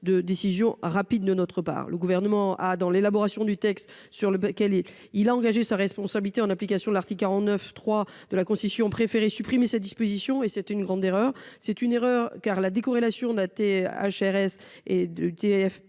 de décision rapide de notre part. Le gouvernement a dans l'élaboration du texte sur le. Il a engagé sa responsabilité en application de l'article 49 3 de la Constitution préféré supprimer cette disposition et c'est une grande erreur, c'est une erreur car la décorrélation daté HRS et de TFPB